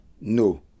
No